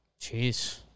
Jeez